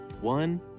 One